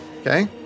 Okay